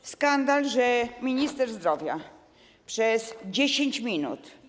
To skandal, że minister zdrowia przez 10 minut.